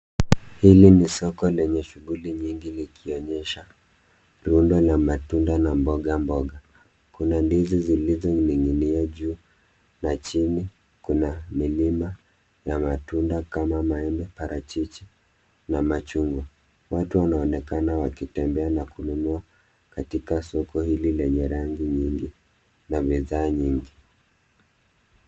Hili ni soko lenye shughuli nyingi likionyesha viundo na matunda na mboga mboga. Kuna ndizi zilizoning'inia juu na chini kuna milima ya matunda kama maembe, parachichi na machungwa. Watu wanaonekana wakitembea na kununua katika soko hili lenye rangi nyingi na bidhaa mingi.